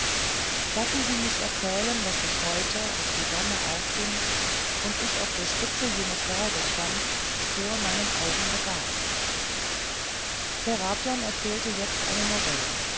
lassen sie mich erzählen was sich heute als die sonne aufging und ich auf der spitze jenes berges stand vor meinen augen begab serapion erzählte jetzt eine novelle